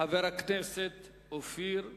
חבר הכנסת אופיר אקוניס.